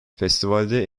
festivalde